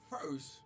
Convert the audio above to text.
first